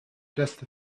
just